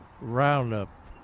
Roundup